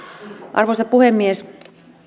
arvoisa puhemies